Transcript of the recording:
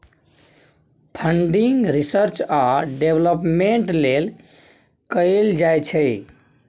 funding research आ development लेल कएल जाइ छै